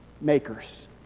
makers